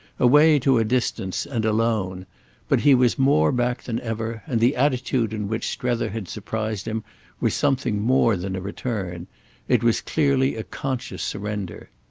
away to a distance and alone but he was more back than ever, and the attitude in which strether had surprised him was something more than a return it was clearly a conscious surrender.